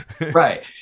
right